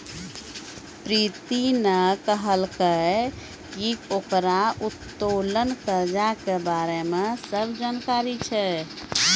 प्रीति ने कहलकै की ओकरा उत्तोलन कर्जा के बारे मे सब जानकारी छै